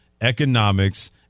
economics